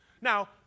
Now